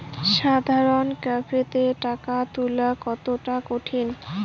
সাধারণ ক্যাফেতে টাকা তুলা কতটা সঠিক?